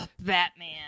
Batman